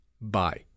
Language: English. Bye